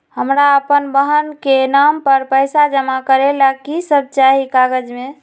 हमरा अपन बहन के नाम पर पैसा जमा करे ला कि सब चाहि कागज मे?